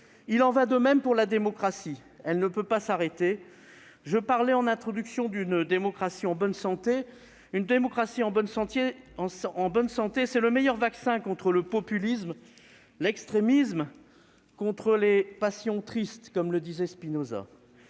Il en va de même pour la démocratie : celle-ci ne peut pas s'arrêter. Je parlais, en introduction, d'une démocratie en bonne santé ; une démocratie en bonne santé, c'est le meilleur vaccin contre le populisme, contre l'extrémisme, contre les « passions tristes », comme le disait Spinoza.